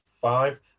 five